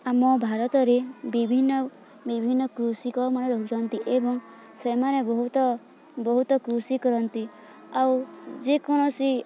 ଆମ ଭାରତରେ ବିଭିନ୍ନ ବିଭିନ୍ନ କୃଷକମାନେ ରହୁଛନ୍ତି ଏବଂ ସେମାନେ ବହୁତ ବହୁତ କୃଷି କରନ୍ତି ଆଉ ଯେକୌଣସି